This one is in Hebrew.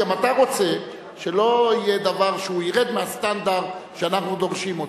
גם אתה רוצה שלא יהיה דבר שירד מהסטנדרט שאנחנו דורשים אותו.